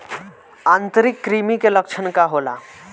आंतरिक कृमि के लक्षण का होला?